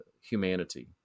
humanity